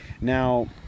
Now